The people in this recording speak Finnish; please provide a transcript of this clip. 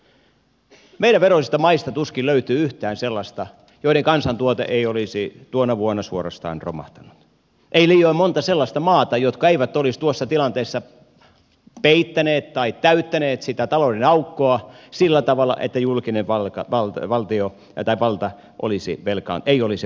meidän veroisistamme maista tuskin löytyy yhtään jonka kansantuote ei olisi tuona vuonna suorastaan romahtanut ei liioin monta sellaista maata joka ei olisi tuossa tilanteessa peittänyt tai täyttänyt sitä talouden aukkoa sillä tavalla että julkinen palkka walter valtio itävalta olisi valta ei olisi velkaantunut